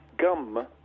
Gum